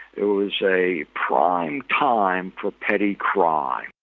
it was a prime time for petty crime.